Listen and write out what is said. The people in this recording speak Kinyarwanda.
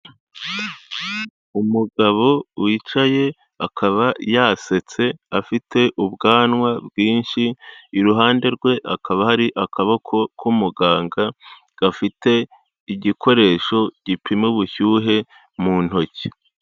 Umugabo wicaye, akaba yasetse, afite ubwanwa bwinshi, iruhande rwe hakaba hari akaboko k'umuganga, gafite igikoresho gipima ubushyuhe mu ntoki.